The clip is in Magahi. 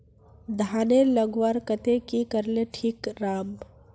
धानेर लगवार केते की करले ठीक राब?